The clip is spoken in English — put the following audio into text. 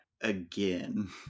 again